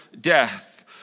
death